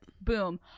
boom